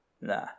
Nah